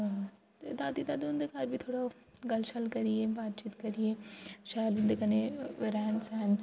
अअ ते दादी दादू हुन्दे घर बी थोह्ड़ा गल्ल शल्ल करियै बातचीत करियै शैल उं'दे कन्नै रैहन सैहन